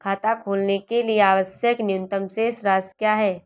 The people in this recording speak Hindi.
खाता खोलने के लिए आवश्यक न्यूनतम शेष राशि क्या है?